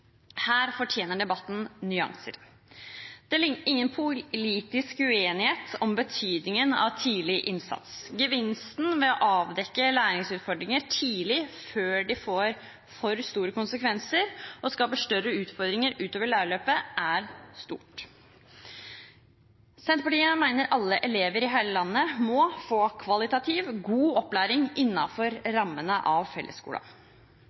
Her fortjener debatten nyanser. Det er ingen politisk uenighet om betydningen av tidlig innsats. Gevinsten ved å avdekke læringsutfordringer tidlig, før de får for store konsekvenser og skaper større utfordringer utover i læringsløpet, er stor. Senterpartiet mener alle elever i hele landet må få kvalitativ god opplæring innenfor rammene av fellesskolen.